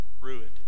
ruined